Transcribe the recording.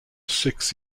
six